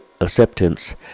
Acceptance